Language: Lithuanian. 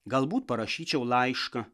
galbūt parašyčiau laišką